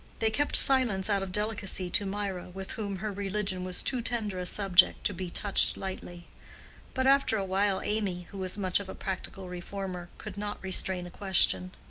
they kept silence out of delicacy to mirah, with whom her religion was too tender a subject to be touched lightly but after a while amy, who was much of a practical reformer, could not restrain a question.